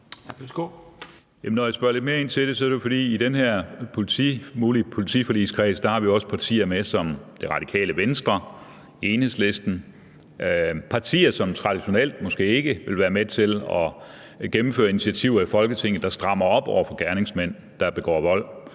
Når jeg spørger lidt mere ind til det, er det jo, fordi vi i den her mulige politiforligskreds også har partier med som Det Radikale Venstre og Enhedslisten – partier, som måske traditionelt ikke vil være med til at gennemføre initiativer, i Folketinget, der strammer op over for gerningsmænd, der begår vold.